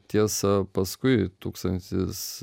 tiesa paskui tūkstantis